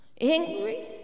Angry